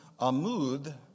amud